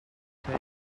take